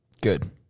Good